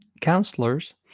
Counselors